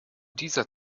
dieser